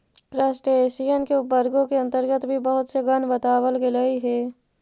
crustacean के उपवर्गों के अन्तर्गत भी बहुत से गण बतलावल गेलइ हे